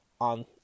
on